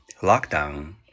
lockdown